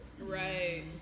right